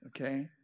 Okay